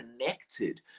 connected